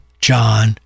John